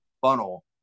funnel